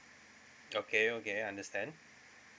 okay okay understand